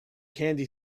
candy